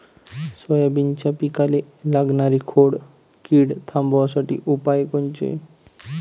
सोयाबीनच्या पिकाले लागनारी खोड किड थांबवासाठी उपाय कोनचे?